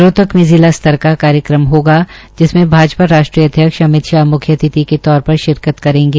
रोहतक में जिला स्तर का कार्यक्रम होगा जिसमें भाजपा राष्ट्रीय अध्यक्ष अमित शाह म्ख्यअतिथि के तौर पर शिरकत करेंगे